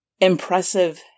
impressive